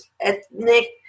ethnic